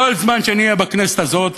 כל זמן שאהיה בכנסת הזאת,